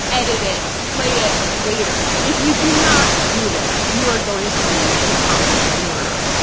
edit it, play it later. if you do not do this, you are going to be an accomplice to murder.